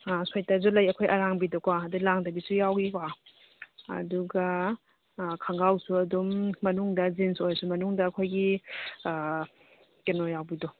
ꯑꯥ ꯁ꯭ꯋꯦꯇꯔꯁꯨ ꯂꯩ ꯑꯩꯈꯣꯏ ꯑꯔꯥꯡꯕꯤꯗꯣꯀꯣ ꯂꯥꯡꯗꯕꯤꯁꯨ ꯌꯥꯎꯏꯀꯣ ꯑꯗꯨꯒ ꯈꯪꯒꯥꯎꯁꯨ ꯑꯗꯨꯝ ꯃꯅꯨꯡꯗ ꯖꯤꯟꯁ ꯑꯣꯏꯔꯁꯨ ꯃꯅꯨꯡꯗ ꯑꯩꯈꯣꯏꯒꯤ ꯀꯩꯅꯣ ꯌꯥꯎꯕꯤꯗꯣ